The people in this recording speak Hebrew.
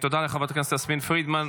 תודה לחברת הכנסת יסמין פרידמן.